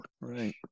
Right